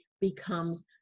becomes